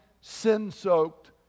sin-soaked